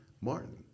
Martin